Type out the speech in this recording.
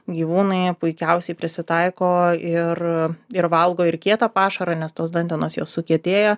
gyvūnai jie puikiausiai prisitaiko ir ir valgo ir kietą pašarą nes tos dantenos jos sukietėja